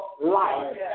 life